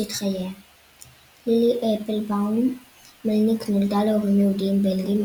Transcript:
ראשית חייה לילי אפלבאום מלניק נולדה להורים יהודים בלגים